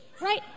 right